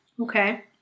Okay